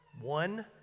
One